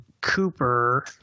Cooper